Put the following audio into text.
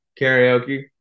karaoke